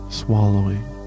swallowing